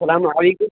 اسلام علیکُم